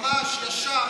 ממש, ישר.